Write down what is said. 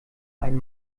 einen